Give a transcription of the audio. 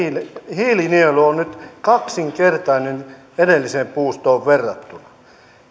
hiilinielu ja hiilen kertyminen maaperään on nyt kaksinkertainen edelliseen puustoon verrattuna